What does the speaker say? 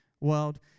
world